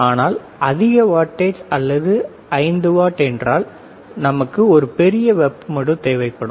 ஆனால் அதிக வாட்டேஜ் அல்லது அது 5 வாட் என்றால் நமக்கு ஒரு பெரிய வெப்ப மடு தேவைப்படும்